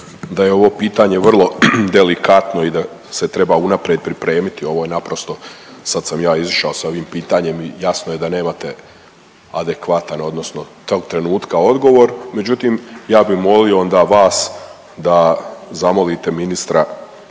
da je ovo pitanje vrlo delikatno i da se treba unaprijed pripremiti, ovo je naprosto, sad sam ja izišao s ovim pitanjem i jasno je da nemate adekvatan odnosno tog trenutka odgovor, međutim, ja bih molio onda vas da zamolite ministra